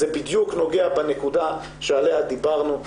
זה בדיוק נוגע בנקודה שעליה דיברנו.